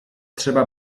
trzeba